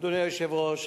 אדוני היושב-ראש,